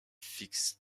fixe